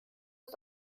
aus